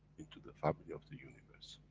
into the family of the universe.